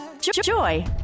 Joy